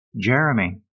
Jeremy